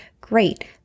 Great